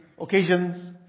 occasions